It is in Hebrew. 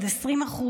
עד 20%,